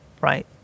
Right